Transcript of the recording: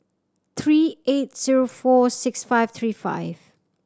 three eight zero four six five three five